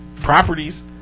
properties